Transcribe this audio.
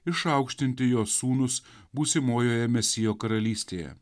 išaukštinti jo sūnus būsimojoje mesijo karalystėje